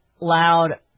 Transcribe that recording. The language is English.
loud